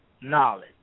knowledge